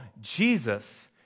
Jesus